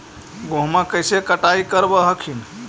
गेहुमा कैसे कटाई करब हखिन?